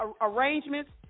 arrangements